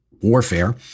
warfare